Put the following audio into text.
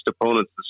opponents